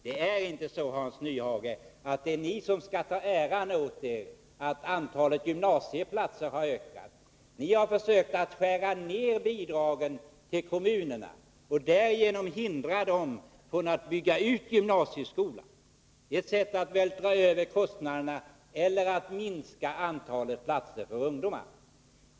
Det är inte så, Hans Nyhage, att det är ni som skall ta åt er äran av att antalet gymnasieplatser har ökat. Ni har försökt att skära ned bidragen till kommunerna. Därigenom hindrar ni dem från att bygga ut gymnasieskolan. Det är ett sätt att vältra över kostnaderna på kommunerna eller att minska antalet platser för ungdomar.